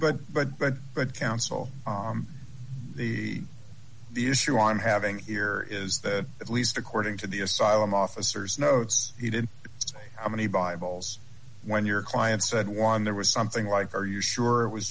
but but but but counsel on the the issue i'm having here is that at least according to the asylum officers notes he did say how many bibles when your client said one there was something like are you sure it was